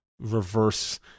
reverse